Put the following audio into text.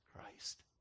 Christ